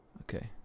Okay